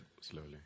slowly